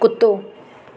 कुतो